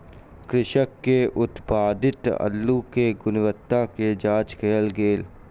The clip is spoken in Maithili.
कृषक के उत्पादित अल्लु के गुणवत्ता के जांच कएल गेल